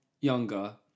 younger